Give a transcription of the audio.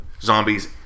zombies